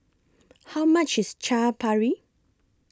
How much IS Chaat Papri